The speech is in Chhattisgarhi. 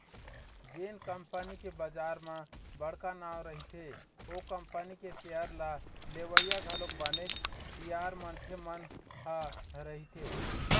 जेन कंपनी के बजार म बड़का नांव रहिथे ओ कंपनी के सेयर ल लेवइया घलोक बनेच तियार मनखे मन ह रहिथे